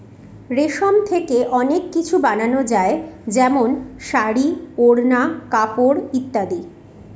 রেশম থেকে অনেক কিছু বানানো যায় যেমন শাড়ী, ওড়না, কাপড় ইত্যাদি